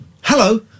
Hello